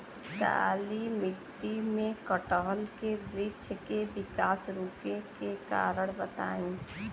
काली मिट्टी में कटहल के बृच्छ के विकास रुके के कारण बताई?